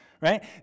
right